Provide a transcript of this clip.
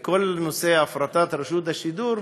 ואת כל נושא הפרטת רשות השידור,